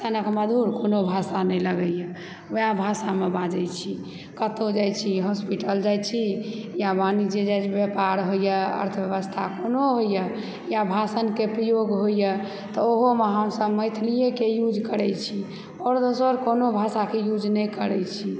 सनक मधूर कोनो भाषा नहि लगैए ओएह भाषामे बाजै छी कतहुँ जाइ छी हॉस्पिटल जाइ छी या वाणिज्य व्यापार होइया अर्थव्यवस्था कोनो होइया या भाषणके प्रयोग होइया तऽ ओहोमे हमसब मैथलिएके यूज करै छी आओर दोसर कोनो भाषाके यूज नहि करै छी